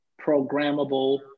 Programmable